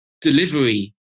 delivery